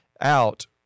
out